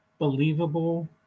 Believable